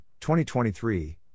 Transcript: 2023